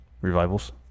Revivals